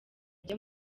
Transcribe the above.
ajya